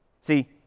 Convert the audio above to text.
See